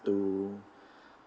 to